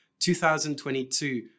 2022